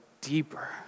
deeper